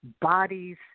bodies